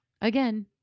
again